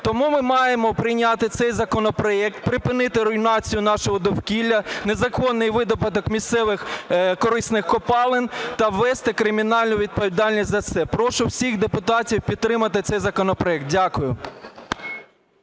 Тому ми маємо прийняти цей законопроект, припинити руйнацію нашого довкілля, незаконний видобуток місцевих корисних копалин та ввести кримінальну відповідальність за це. Прошу всіх депутатів підтримати цей законопроект. Дякую.